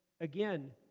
again